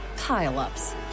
Pile-ups